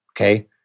okay